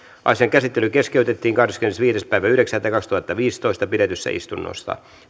asian käsittely keskeytettiin kahdeskymmenesviides yhdeksättä kaksituhattaviisitoista pidettyssä täysistunnossa